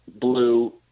Blue –